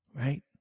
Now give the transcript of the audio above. right